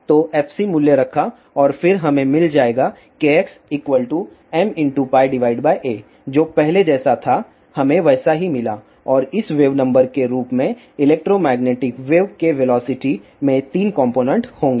तो fc मूल्य रखा और फिर हमे मिल जाएगा kxmπa जो पहले जैसा था हमें वैसा ही मिला और इस वेव नंबर के रूप में इलेक्ट्रोमैग्नेटिक वेव के वेलोसिटी में 3 कॉम्पोनेन्ट होंगे